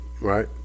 right